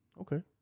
Okay